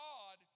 God